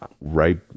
right